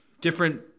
different